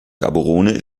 gaborone